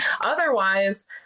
Otherwise